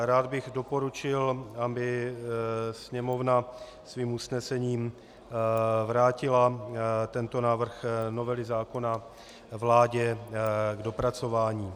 Rád bych doporučil, aby Sněmovna svým usnesením vrátila tento návrh novely zákona vládě k dopracování.